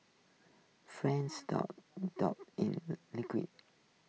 frieds dough dipped in the liquids